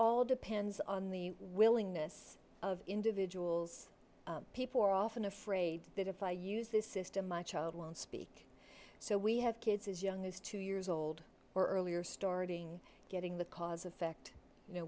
all depends on the willingness of individuals people are often afraid that if i use this system my child won't speak so we have kids as young as two years old or earlier starting getting the cause effect you know